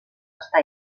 està